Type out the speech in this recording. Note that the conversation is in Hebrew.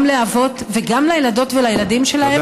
גם לאבות וגם לילדות ולילדים שלהם,